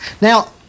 Now